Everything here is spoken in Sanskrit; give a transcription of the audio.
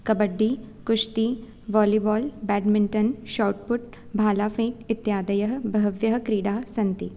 कबड्डि कुश्ति वालिबाल् बेड्मिण्टन् शोट् पुट् भालाफ़ेङ्क् इत्यादयः बहव्यः क्रीडाः सन्ति